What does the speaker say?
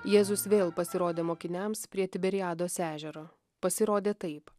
jėzus vėl pasirodė mokiniams prie tiberiados ežero pasirodė taip